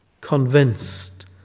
convinced